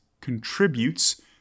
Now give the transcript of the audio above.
contributes